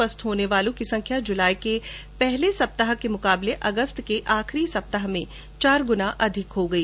स्वस्थ होने वालों की संख्या जुलाई के पहले सप्ताह के मुकाबले अगस्त के आखिरी सप्ताह में चार गुना अधिक हो गई